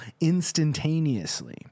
instantaneously